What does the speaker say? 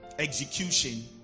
execution